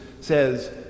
says